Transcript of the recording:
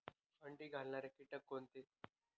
अंडी घालणारे किटक कोणते?